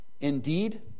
Indeed